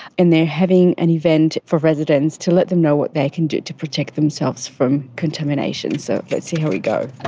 and they're having an event for residents to let them know what they can do to protect themselves from contamination, so let's see how we go.